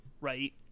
right